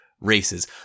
races